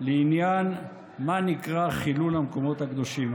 לעניין מה שנקרא חילול המקומות הקדושים.